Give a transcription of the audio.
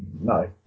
no